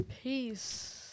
Peace